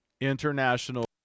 international